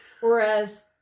Whereas